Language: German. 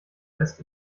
lässt